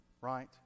right